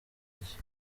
nshya